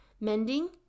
mending